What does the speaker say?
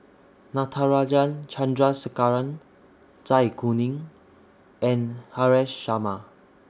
Natarajan Chandrasekaran Zai Kuning and Haresh Sharma